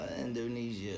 Indonesia